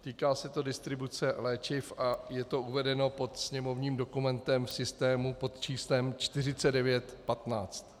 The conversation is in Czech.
Týká se to distribuce léčiv a je to uvedeno pod sněmovním dokumentem v systému pod číslem 4915.